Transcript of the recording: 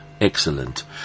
Excellent